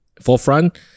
forefront